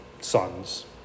sons